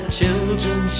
children